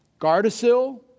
Gardasil